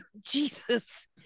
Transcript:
jesus